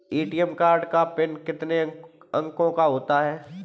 ATM card का PIN कितने अंकों का होता है?